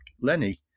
Lenny